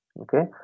Okay